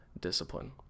discipline